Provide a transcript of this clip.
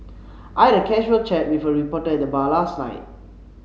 I had a casual chat with a reporter at the bar last night